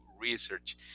research